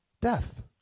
death